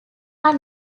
are